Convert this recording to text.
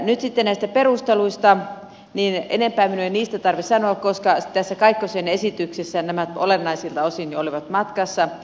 nyt sitten näistä perusteluista enempää minun ei tarvitse sanoa koska tässä kaikkosen esityksessä nämä olennaisilta osin jo olivat matkassa